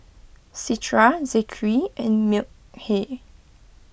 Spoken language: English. Citra Zikri and Mikhail